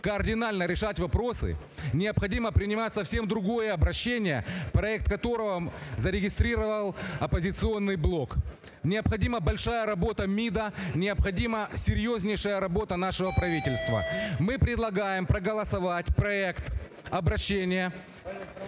кардинально решать вопросы, необходимо принимать совсем другое обращение, проект которого зарегистрировал "Оппозиционный блок". Необходима большая работа МИДа, необходима серьезнейшая работа нашего правительства. Мы предлагаем проголосовать проект обращения